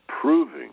proving